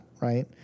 Right